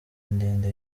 ndende